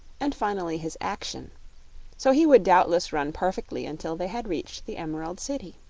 and finally his action so he would doubtless run perfectly until they had reached the emerald city.